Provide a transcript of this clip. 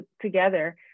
together